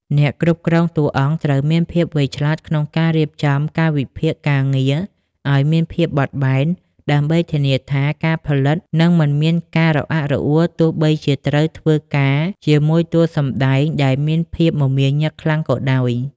អ្នកគ្រប់គ្រងតួអង្គត្រូវមានភាពវៃឆ្លាតក្នុងការរៀបចំកាលវិភាគការងារឱ្យមានភាពបត់បែន ដើម្បីធានាថាការផលិតនឹងមិនមានការរអាក់រអួលទោះបីជាត្រូវធ្វើការជាមួយតួសម្ដែងដែលមានភាពមមាញឹកខ្លាំងក៏ដោយ។